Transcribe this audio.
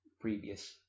previous